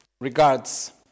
regards